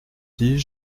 dis